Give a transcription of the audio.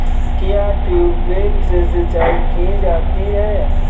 क्या ट्यूबवेल से सिंचाई की जाती है?